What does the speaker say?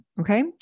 Okay